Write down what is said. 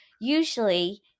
Usually